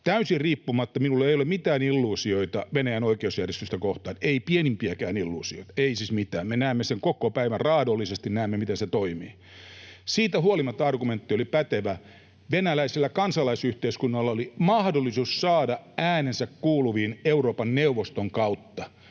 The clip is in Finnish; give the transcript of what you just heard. lähtökohtana se... Minulla ei ole mitään illuusioita Venäjän oikeusjärjestystä kohtaan, ei pienimpiäkään illuusioita, ei siis mitään, me näemme raadollisesti sen, miten se toimii. Siitä huolimatta argumentti oli pätevä: venäläisellä kansalaisyhteiskunnalla oli mahdollisuus saada äänensä kuuluviin Euroopan neuvoston kautta.